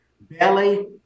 belly